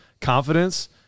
confidence